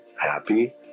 happy